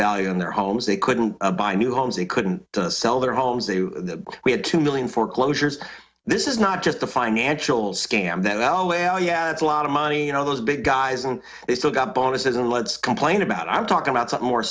value in their homes they couldn't buy new homes they couldn't sell their homes they had two million foreclosures this is not just a financial scam that well well yeah it's a lot of money you know those big guys and they still got bonuses and let's complain about i'm talking about something more